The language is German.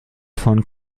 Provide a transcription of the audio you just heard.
von